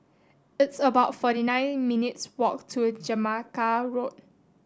it's about forty nine minutes' walk to Jamaica Road